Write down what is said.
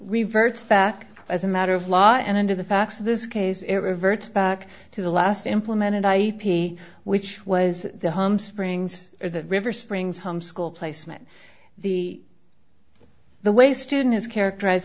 revert back as a matter of law and under the facts of this case it revert back to the last implemented i which was the home springs or the river springs home school placement the the way student is characterize